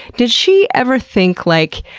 did she ever think like,